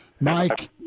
Mike